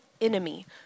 enemy